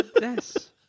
Yes